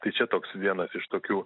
tai čia toks vienas iš tokių